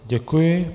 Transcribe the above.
Děkuji.